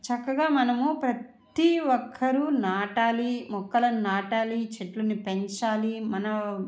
చక్కగా మనము ప్రతి ఒక్కరు నాటాలి మొక్కలను నాటాలి చెట్లను పెంచాలి మన